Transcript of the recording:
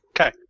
Okay